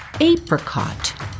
apricot